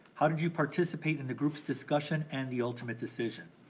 how did you participate in the group's discussion and the ultimate decision?